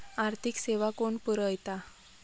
आर्थिक सेवा कोण पुरयता?